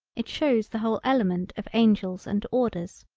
it shows the whole element of angels and orders.